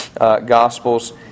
Gospels